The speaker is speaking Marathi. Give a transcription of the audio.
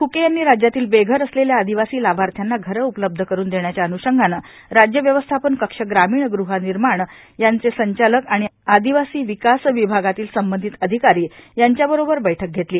फ्के यांनी राज्यातील बेघर असलेल्या आदिवासी लाभार्थ्यांना घरे उपलब्ध करुन देण्याच्या अन्षंगाने राज्य व्यवस्थापन कक्ष ग्रामीण ग़ह निर्माण यांचे संचालक आणि आदिवासी विकास विभागातील संबंधित अधिकारी यांच्याबरोबर बैठक घेतली